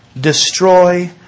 destroy